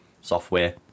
software